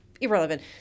irrelevant